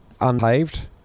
unpaved